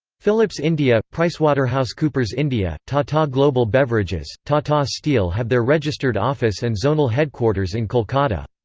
philips india, pricewaterhousecoopers india, tata global beverages, tata steel have their registered office and zonal headquarters in kolkata.